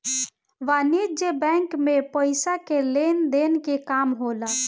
वाणिज्यक बैंक मे पइसा के लेन देन के काम होला